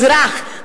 אזרח,